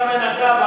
אותה מנקה,